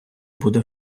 буде